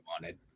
wanted